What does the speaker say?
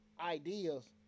ideas